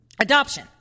Adoption